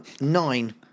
nine